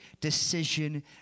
decision